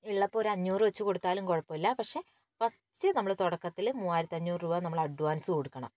ഉള്ളപ്പോൾ ഒരു അഞ്ഞൂറ് വച്ച് കൊടുത്താലും കുഴപ്പമില്ല പക്ഷെ ഫസ്റ്റ് നമ്മൾ തുടക്കത്തിൽ മൂവായിരത്തി അഞ്ഞൂറ് രൂപ നമ്മൾ അഡ്വാൻസ് കൊടുക്കണം